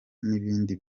n’ibindi